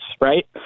right